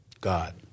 God